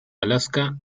alaska